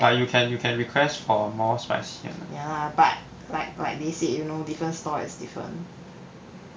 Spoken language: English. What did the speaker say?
but you can you can request for more spicy eh